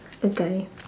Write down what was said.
a guy